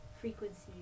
frequency